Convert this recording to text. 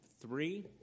three